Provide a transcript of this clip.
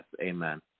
Amen